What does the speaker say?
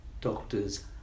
doctors